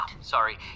sorry